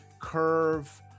curve